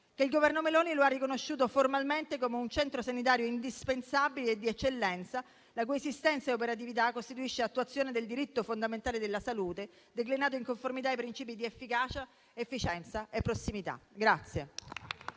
che il Governo Meloni lo ha riconosciuto formalmente come un centro sanitario indispensabile e di eccellenza, la cui esistenza e operatività costituisce attuazione del diritto fondamentale alla salute, declinato in conformità ai principi di efficacia, efficienza e prossimità.